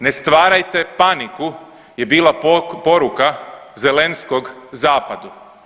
Ne stvarajte paniku je bila poruka Zelenskog zapadu.